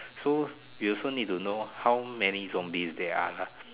so you also need to know how many zombies there are